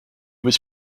was